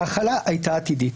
ההחלה הייתה עתידית.